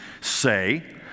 say